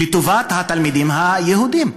לטובת התלמידים היהודים.